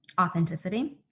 Authenticity